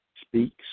speaks